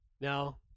Now